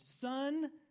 son